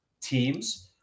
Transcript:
teams